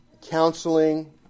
counseling